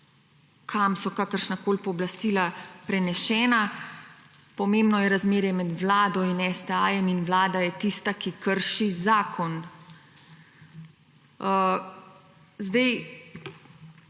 kam so kakršnakoli pooblastila prenesena, pomembno je razmerje med Vlado in STA in Vlada je tista, ki krši zakon. Zdaj